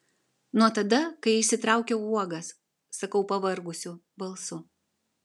nuo tada kai išsitraukiau uogas sakau pavargusiu balsu